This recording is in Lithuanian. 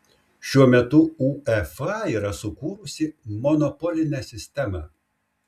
šiuo metu uefa yra sukūrusi monopolinę sistemą